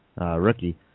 rookie